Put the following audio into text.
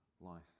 life